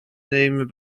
nemen